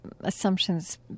assumptions